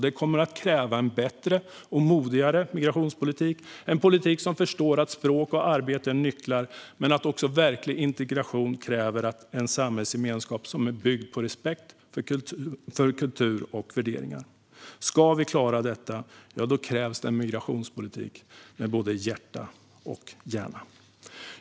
Det kommer att kräva en bättre och modigare migrationspolitik, en politik som förstår att språk och arbete är nycklar men att verklig integration också kräver en samhällsgemenskap byggd på respekt för kultur och värderingar. Ska vi klara detta krävs en migrationspolitik med både hjärta och hjärna.